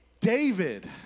David